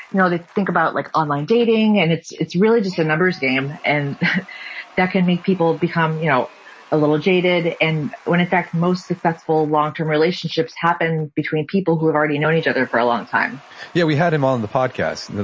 you know they think about like online dating and it's it's really just a numbers game. and that can make people become you know a little jaded and when in fact most successful longterm relationship happen between people who have already known each other for a long time yeah, we had him on the podcast. and